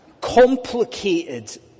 complicated